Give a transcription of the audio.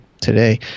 today